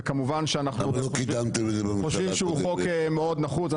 וכמובן שאנחנו חושבים שהוא חוק שהוא מאוד נחוץ.